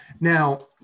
Now